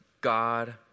God